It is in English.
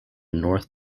north